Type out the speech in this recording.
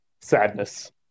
Sadness